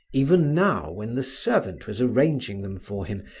even now when the servant was arranging them for him,